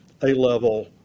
A-level